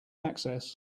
access